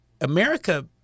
America